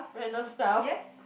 random stuff